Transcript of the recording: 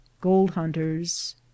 gold-hunters